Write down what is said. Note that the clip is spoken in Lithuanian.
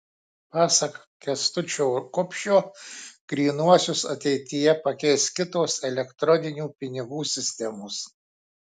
pasak kęstučio kupšio grynuosius ateityje pakeis kitos elektroninių pinigų sistemos